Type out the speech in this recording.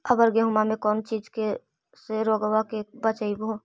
अबर गेहुमा मे कौन चीज के से रोग्बा के बचयभो?